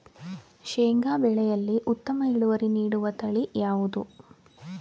ಶೇಂಗಾ ಬೆಳೆಯಲ್ಲಿ ಉತ್ತಮ ಇಳುವರಿ ನೀಡುವ ತಳಿ ಯಾವುದು?